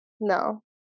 no